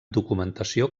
documentació